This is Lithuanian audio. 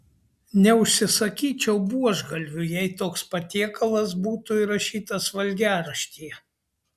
neužsisakyčiau buožgalvių jei toks patiekalas būtų įrašytas valgiaraštyje